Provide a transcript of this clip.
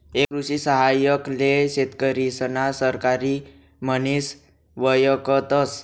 एक कृषि सहाय्यक ले शेतकरिसना सहकारी म्हनिस वयकतस